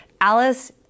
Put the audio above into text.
Alice